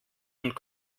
und